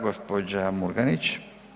Gospođa Murganić.